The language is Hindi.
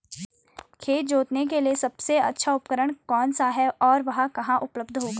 खेत जोतने के लिए सबसे अच्छा उपकरण कौन सा है और वह कहाँ उपलब्ध होगा?